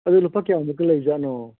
ꯑꯗꯨ ꯂꯨꯄꯥ ꯀꯌꯥꯃꯨꯛꯀ ꯂꯩꯕꯖꯥꯠꯅꯣ